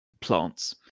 plants